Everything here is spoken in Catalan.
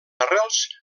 arrels